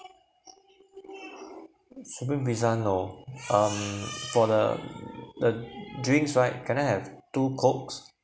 supreme pizza no um for the the drinks right can I have two cokes